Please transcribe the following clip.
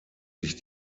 sich